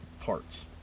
parts